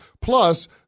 Plus